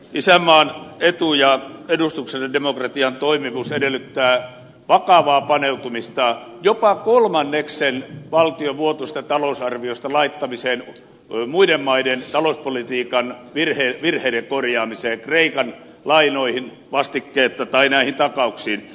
isänmaan etu ja edustuksellisen demokratian toimivuus edellyttävät vakavaa paneutumista jopa kolmanneksen valtion vuotuisesta talousarviosta laittamiseen muiden maiden talouspolitiikan virheiden korjaamiseen kreikan lainoihin vastikkeetta tai näihin takauksiin